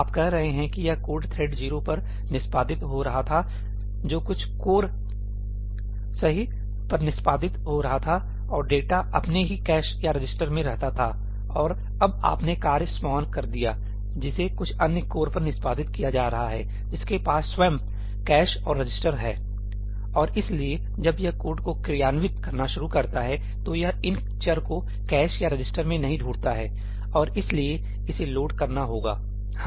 आप कह रहे हैं कि यह कोड थ्रेड 0 पर निष्पादित हो रहा थाजो कुछ कोर सही पर निष्पादित हो रहा था और डेटा अपने ही कैश या रजिस्टर में रहता था और अब आपने कार्य स्पान कर दियाजिसे कुछ अन्य कोर पर निष्पादित किया जा रहा है जिसके पास स्वयं कैश और रजिस्टर है और इसलिएजब यह कोड को क्रियान्वित करना शुरू करता है तो यह इन चर को कैश या रजिस्टर में नहीं ढूंढता है और इसलिए इसे लोड करना होगा